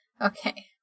okay